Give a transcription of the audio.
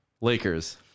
Lakers